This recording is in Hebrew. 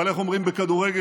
אבל איך אומרים בכדורגל,